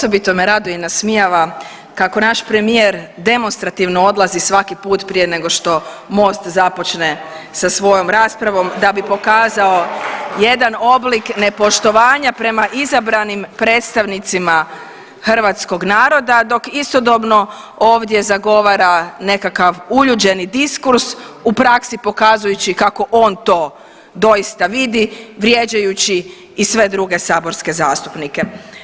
Osobito me raduje i nasmijava kako naš premijer demonstrativno odlazi svaki put prije nego što MOST započne sa svojom raspravom da bi pokazao jedan oblik nepoštovanja prema izabranim predstavnicima hrvatskog naroda dok istodobno ovdje zagovora nekakav uljuđeni diskurs u praksi pokazujući kako on to doista vidi vrijeđajući i sve druge saborske zastupnike.